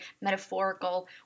metaphorical